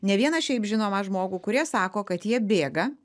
ne vieną šiaip žinomą žmogų kurie sako kad jie bėga